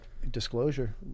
Disclosure